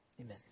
Amen